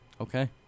Okay